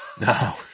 No